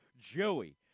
Joey